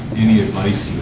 any advice